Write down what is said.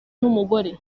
n’umugore